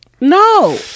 No